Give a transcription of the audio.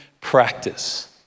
practice